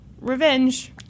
Revenge